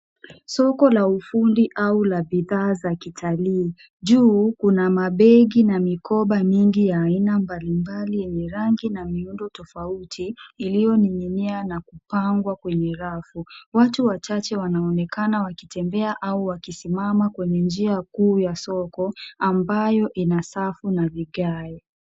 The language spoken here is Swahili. Soko la ufundi au la bidhaa za kitalii. Juu kuna mabegi na mikoba nyingi ya aina mbalimbali yenye rangi na miundo tofauti iliyoning'inia na kupangwa kwenye rafu. Watu wachache wanaonekana wakitembea au wakisimama kwenye njia kuu ya soko ambayo ina safu na vigae.